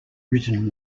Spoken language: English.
written